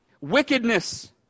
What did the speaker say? wickedness